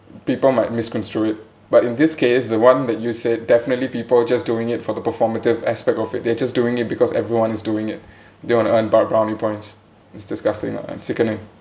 people might misconstrue it but in this case the one that you said definitely people just doing it for the performative aspect of it they're just doing it because everyone's doing it they want to earn br~ brownie points it's disgusting ah and sickening